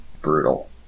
Brutal